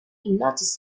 hypnotized